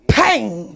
pain